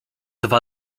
dwa